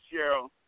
Cheryl